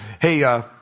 hey